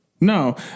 No